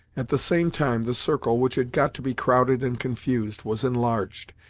at the same time, the circle, which had got to be crowded and confused, was enlarged,